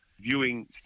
viewing